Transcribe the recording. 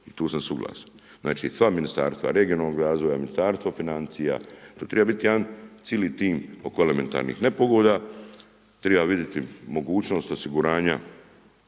tu sam suglasan. Znači sva ministarstva, regionalnog razvoja, Ministarstvo financija, tu treba biti jedan cijeli tim oko elementarnih nepogoda, treba vidjeti mogućnost osiguranja